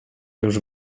już